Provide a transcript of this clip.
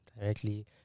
directly